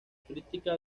crítica